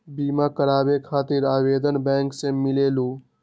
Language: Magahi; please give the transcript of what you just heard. बिमा कराबे खातीर आवेदन बैंक से मिलेलु?